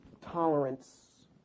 tolerance